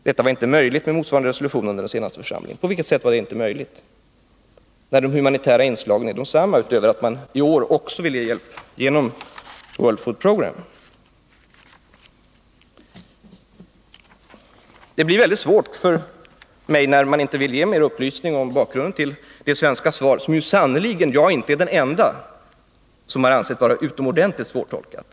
Detta var inte möjligt i vad gäller motsvarande resolution under den senaste församlingen. Varför var det inte möjligt, när de humanitära inslagen är desamma, förutom att man i år också vill ge hjälp genom World Food Programme? Det blir väldigt svårt för mig när inte utrikesministen vill ge mer upplysningar om bakgrunden till det svenska svar som jag sannerligen inte är den ende som har ansett vara utomordentligt svårtolkat.